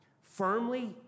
firmly